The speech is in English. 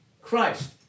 Christ